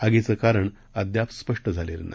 आगीचं कारण अद्याप स्पष्ट झालेलं नाही